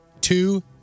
two